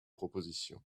propositions